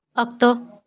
ᱚᱠᱛᱚ